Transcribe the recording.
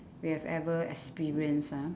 we have ever experience ah